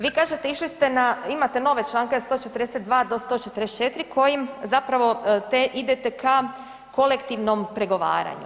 Vi kažete išli ste na, imate nove čl. 142. do 144. kojim zapravo te idete ka kolektivnom pregovaranju.